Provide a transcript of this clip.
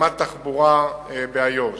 קמ"ט תחבורה באיו"ש.